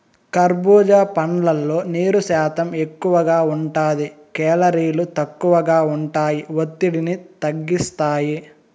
కర్భూజా పండ్లల్లో నీరు శాతం ఎక్కువగా ఉంటాది, కేలరీలు తక్కువగా ఉంటాయి, ఒత్తిడిని తగ్గిస్తాయి